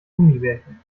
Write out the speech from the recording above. gummibärchen